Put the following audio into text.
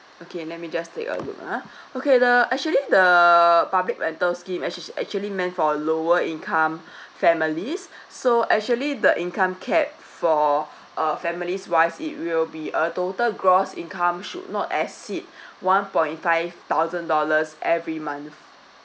okay let me just take a look ah okay the actually the public rental scheme actually actually meant for lower income families so actually the income cap for a family's wise it will be a total gross income should not exceed one point five thousand dollars every month